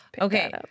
Okay